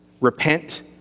repent